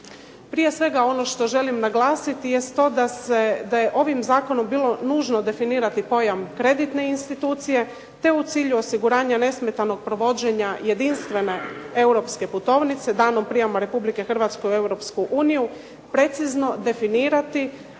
Prije svega ono što želim naglasiti jest to da se, da je ovim zakonom bilo nužno definirati pojam kreditne institucije, te u cilju osiguranja nesmetanog provođenja jedinstvene europske putovnice danom prijama Republike Hrvatske u Europsku uniju precizno definirati osnovne financijske